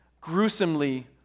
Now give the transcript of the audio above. gruesomely